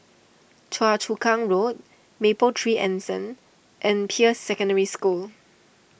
Choa Chu Kang Road Mapletree Anson and Peirce Secondary School